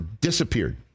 disappeared